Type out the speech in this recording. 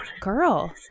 girl